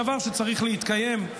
זה דבר שצריך להתקיים.